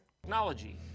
Technology